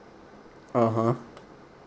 (uh huh)